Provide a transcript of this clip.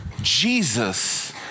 Jesus